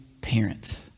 parent